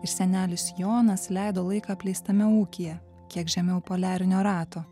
ir senelis jonas leido laiką apleistame ūkyje kiek žemiau poliarinio rato